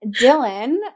Dylan